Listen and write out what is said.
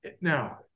Now